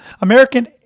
American